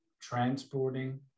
transporting